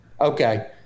okay